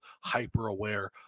hyper-aware